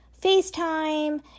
FaceTime